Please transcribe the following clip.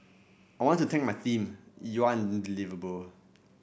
I want to thank my team you're unbelievable